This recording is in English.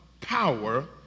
power